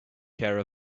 care